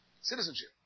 Citizenship